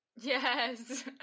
yes